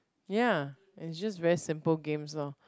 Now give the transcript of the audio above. ya is just very simple games orh